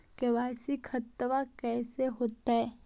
KYC खतबा कैसे होता?